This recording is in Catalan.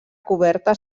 coberta